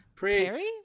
Perry